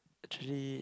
actually